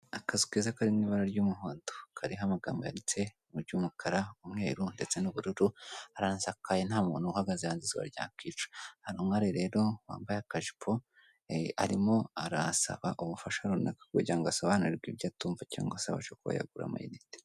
Akazu keza kari mu ibara ry'umuhondo kariho amagambo yanditse mu ry'umukara, umweru ndetse n'ubururu, haranasakaye nta muntu uhagaze hanze izuba ryakica, hari umwari rero wambaye akajipo arimo arasaba ubufasha runaka kugira ngo asobanurirwe ibyo atumva cyangwa se abashe kuba yagura amayinite.